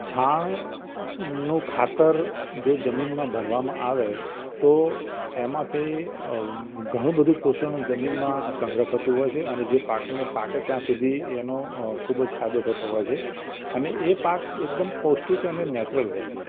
છાણનું ખાતર જો જમીનમાં ભરવામાં આવે તો એમાંથી ઘણું બધું પોષણ જમીનમાં સંગ્રહ થતું હોય છે અને જે પાકને પાકે ત્યાં સુધી એનો ખૂબ જ ફાયદો થતો હોય છે અને એ પાક એકદમ પૌષ્ટિક અને નૅચરલ હોય છે